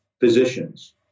physicians